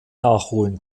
nachholen